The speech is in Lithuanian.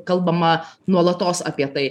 kalbama nuolatos apie tai